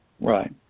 Right